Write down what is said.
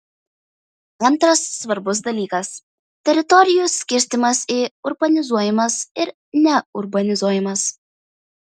antras svarbus dalykas teritorijų skirstymas į urbanizuojamas ir neurbanizuojamas